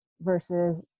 versus